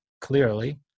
clearly